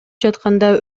жатканда